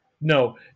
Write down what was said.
no